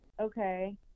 okay